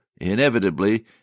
inevitably